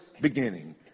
beginning